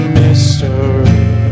mystery